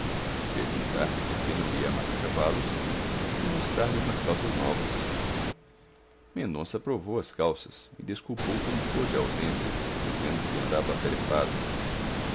perguntar-lhe por que não ia a mata cavalos e mostrar-lhe umas calças novas mendonça aprovou as calças e desculpou como pôde a ausência dizendo que andava